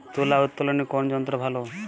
তুলা উত্তোলনে কোন যন্ত্র ভালো?